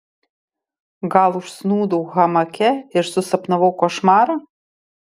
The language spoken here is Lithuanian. gal užsnūdau hamake ir susapnavau košmarą